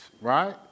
Right